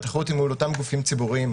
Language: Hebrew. והתחרות היא מול אותם גופים ציבוריים,